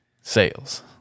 sales